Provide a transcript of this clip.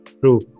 True